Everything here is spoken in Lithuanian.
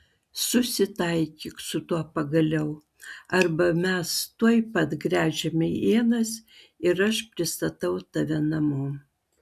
susitaikyk su tuo pagaliau arba mes tuoj pat gręžiame ienas ir aš pristatau tave namo